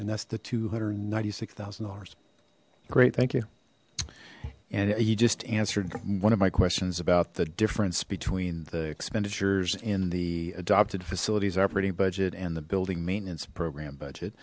and that's the two hundred and ninety six thousand dollars great thank you and he just answered one of my questions about the difference between the expenditures in the adopted facilities operating budget and the building maintenance program budget